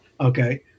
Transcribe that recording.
Okay